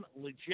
legit